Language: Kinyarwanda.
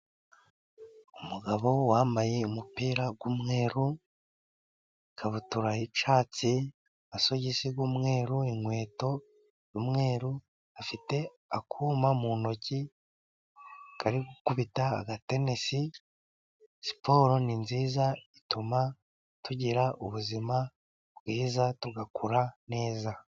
Umugabo wambaye umupira w'umweru, ikabutura y'icyatsi, amasogisi y'umweru, inkweto umweru, afite akuma mu ntoki kari gukubita agatenisi, siporo ni nziza, ituma tugira ubuzima bwiza, tugakura neza.